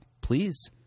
please